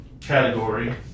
category